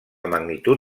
magnitud